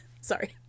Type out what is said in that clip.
Sorry